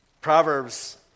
Proverbs